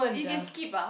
you can skip ah